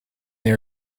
they